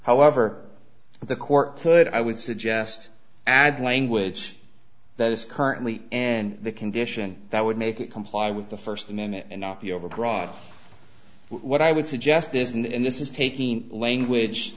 however the court could i would suggest add language that is currently and the condition that would make it comply with the first name and not be overbroad what i would suggest is and this is taking language